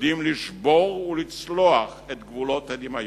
יודעים לשבור ולצלוח את גבולות הדמיון.